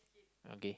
okay